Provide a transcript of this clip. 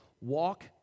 walk